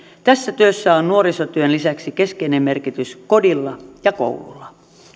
tässä työssä on nuorisotyön lisäksi keskeinen merkitys kodilla ja koululla